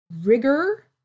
rigor